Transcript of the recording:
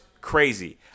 crazy